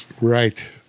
Right